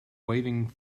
waving